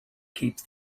keeps